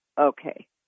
Okay